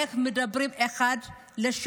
איך הם מדברים אחד לשני.